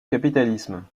capitalisme